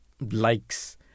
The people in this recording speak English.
likes